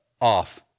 off